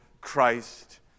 Christ